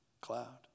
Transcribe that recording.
cloud